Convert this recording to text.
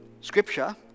Scripture